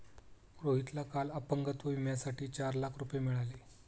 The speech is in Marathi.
रोहितला काल अपंगत्व विम्यासाठी चार लाख रुपये मिळाले